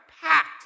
packed